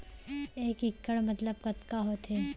एक इक्कड़ मतलब कतका होथे?